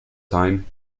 time